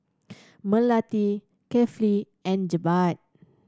Melati Kefli and Jebat